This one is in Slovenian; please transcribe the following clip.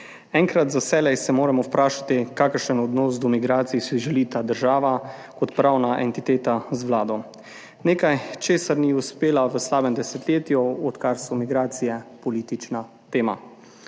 Enkrat za vselej se moramo vprašati, kakšen odnos do migracij si želi ta država kot pravna entiteta z Vlado, nekaj česar ni uspela v slabem desetletju, odkar so migracije politična tema.